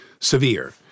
severe